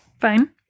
fine